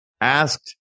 Asked